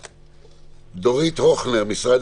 דורית הוכנר, משרד